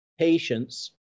Patients